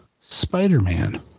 spider-man